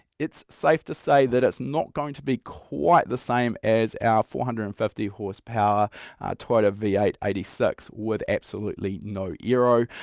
it's safe to say that it's not going to be quite the same as our four hundred and fifty horsepower toyota v eight eighty six with absolutely no aero.